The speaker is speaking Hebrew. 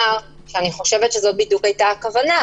שאני חושבת שזו בדיוק הייתה הכוונה.